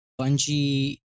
Bungie